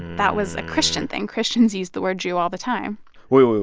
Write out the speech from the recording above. that was a christian thing. christians used the word jew all the time wait, wait,